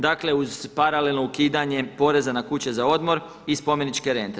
Dakle, uz paralelno ukidanje poreza na kuće za odmor i spomeničke rente.